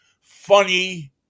funny